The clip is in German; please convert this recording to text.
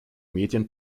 medien